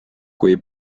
kui